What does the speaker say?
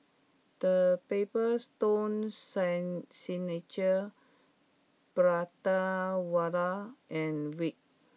the Paper Stone San Signature Prata Wala and Veet